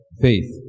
faith